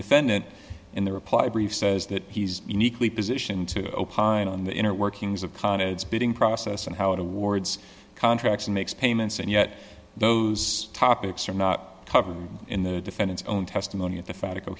defendant in the reply brief says that he's uniquely positioned to opine on the inner workings of konitz bidding process and how it awards contracts and makes payments and yet those topics are not covered in the defendant's own testimony at the